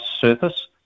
surface